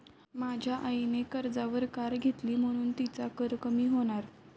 माझ्या आईने कर्जावर कार घेतली म्हणुन तिचा कर कमी होणार